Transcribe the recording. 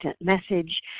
message